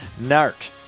Nart